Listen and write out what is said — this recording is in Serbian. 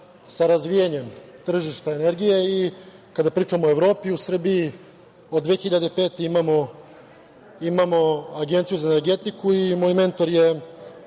sa razvijanjem tržišne energije i kada pričamo o Evropi u Srbiji od 2005. godine imamo Agenciju za energetiku i moj mentor je